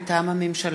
מטעם הממשלה: